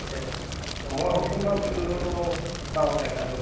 তাকে সময় হওকচোন বাৰু কি কৰিব পাৰোঁ চাওঁ দেখা যাওক